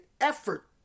effort